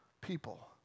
people